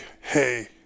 hey